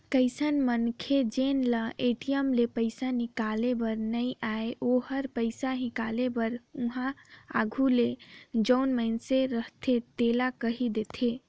कइझन मनखे जेन ल ए.टी.एम ले पइसा हिंकाले बर नी आय ओ ह पइसा हिंकाले बर उहां आघु ले जउन मइनसे रहथे तेला कहि देथे